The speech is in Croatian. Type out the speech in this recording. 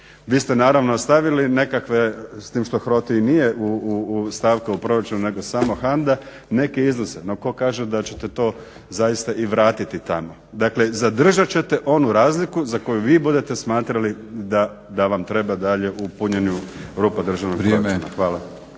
Vi ste naravno ostavili nekakve s tim što HROTE i nije u stavku o proračunu nego samo HANDA neke iznose, no tko kaže da ćete to zaista i vratiti tamo. Dakle zadržat ćete onu razliku za koju vi budete smatrali da vam treba dalje u punjenju rupa državnog proračuna. Hvala.